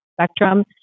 spectrum